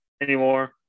anymore